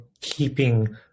keeping